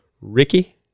Ricky